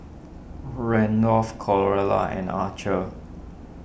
Randolph Carlotta and Archer